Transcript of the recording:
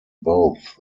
both